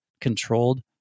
controlled